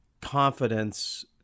confidence